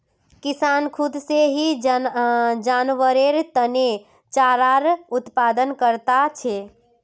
किसान खुद से ही जानवरेर तने चारार उत्पादन करता छे